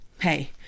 hey